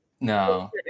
No